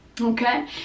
okay